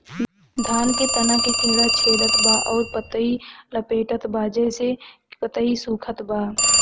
धान के तना के कीड़ा छेदत बा अउर पतई लपेटतबा जेसे पतई सूखत बा?